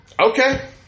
Okay